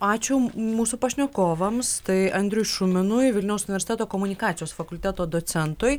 ačiū mūsų pašnekovams tai andriui šuminui vilniaus universiteto komunikacijos fakulteto docentui